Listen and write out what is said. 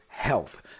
health